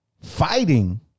fighting